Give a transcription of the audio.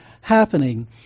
happening